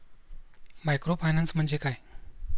Microfinance म्हणजे काय?